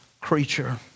creature